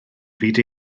fyd